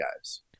guys